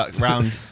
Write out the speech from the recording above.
round